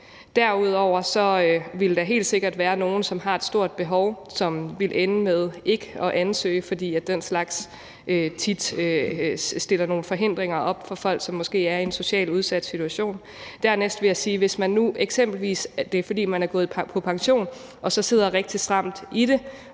Derudover vil der helt sikkert være nogle, som har et stort behov, som vil ende med ikke at ansøge, fordi den slags tit stiller nogle forhindringer op for folk, som måske er i en socialt udsat situation. Dernæst vil jeg sige, at man, hvis man nu eksempelvis, fordi man er gået på pension, sidder rigtig stramt i det